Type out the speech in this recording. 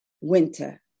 Winter